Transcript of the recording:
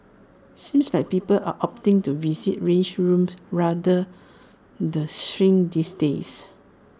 seems like people are opting to visit rage rooms rather the shrink these days